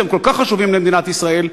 שהם כל כך חשובים למדינת ישראל,